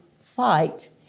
fight